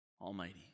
Almighty